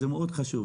זה מאוד חשוב.